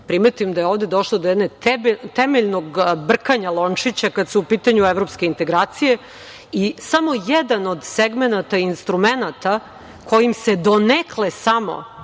primetim da je ovde došlo do jednog temeljnog brkanja lončića kada su u pitanju evropske integracije. Samo jedan od segmenata instrumenata kojim se donekle samo,